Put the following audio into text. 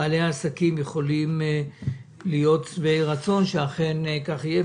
בעלי העסקים יכולים להיות שבעי רצון שאכן כך יהיה,